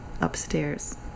upstairs